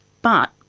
but,